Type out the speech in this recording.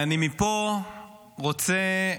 מפה אני רוצה,